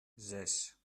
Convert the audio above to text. zes